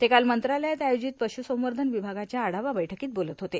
ते काल मंत्रालयात आयोजित पश्रसंवर्धन विभागाच्या आढावा बैठकीत बोलत होते